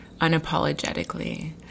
unapologetically